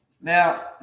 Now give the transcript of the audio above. Now